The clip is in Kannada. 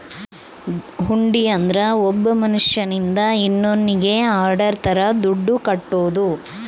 ಹುಂಡಿ ಅಂದ್ರ ಒಬ್ಬ ಮನ್ಶ್ಯನಿಂದ ಇನ್ನೋನ್ನಿಗೆ ಆರ್ಡರ್ ತರ ದುಡ್ಡು ಕಟ್ಟೋದು